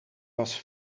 was